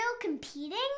competing